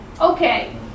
Okay